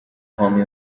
home